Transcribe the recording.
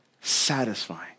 satisfying